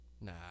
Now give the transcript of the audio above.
nah